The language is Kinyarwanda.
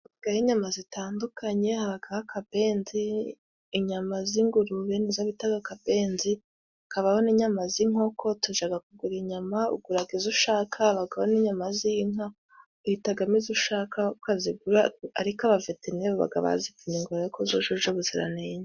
Habagaho inyama zitandukanye, habagaha akabenzi, inyama z'ingurube ni zo bitaga akabenzi, hakabaho n'inyama z'inkoko tujaga kugura inyama uguraraga izo ushaka, habagabo n'inyama z'inka, uhitagamo izo ushaka ukazigura ariko abaveterineri babaga bazipimye ngo barebe ko zujuje ubuziranenge.